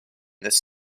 this